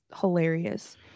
hilarious